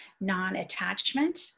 non-attachment